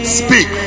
speak